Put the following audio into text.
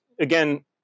again